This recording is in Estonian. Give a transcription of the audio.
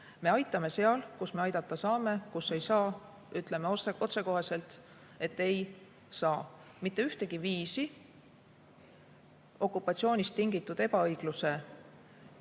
Me aitame seal, kus me aidata saame, kus ei saa, ütleme otsekoheselt, et ei saa. Mitte ühtegi viisi okupatsioonist tingitud ebaõigluse